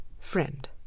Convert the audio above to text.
Friend